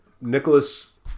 Nicholas